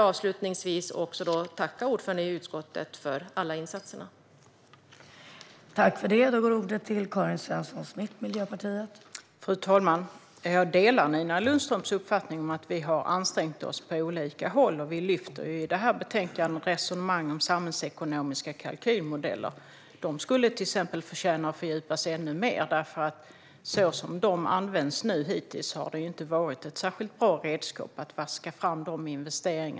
Avslutningsvis vill jag tacka ordföranden i utskottet för alla hennes insatser.